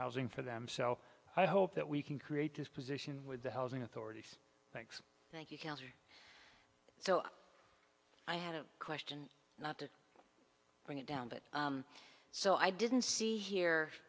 housing for them so i hope that we can create this position with the housing authorities thanks thank you county so i had a question not to bring it down that so i didn't see here